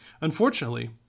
Unfortunately